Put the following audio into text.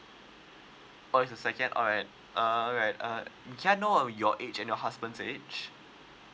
oh it's the second alright uh alright uh okay uh can I know your age and your husband's age